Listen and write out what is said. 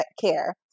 care